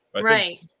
Right